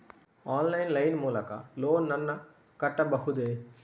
Online line ಮೂಲಕ loan ನನ್ನ ಕಟ್ಟಬಹುದೇ?